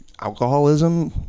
alcoholism